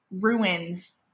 ruins